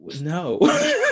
no